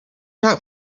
out